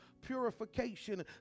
purification